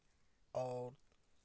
और